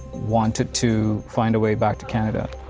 wanted to find a way back to canada.